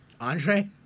Andre